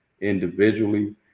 individually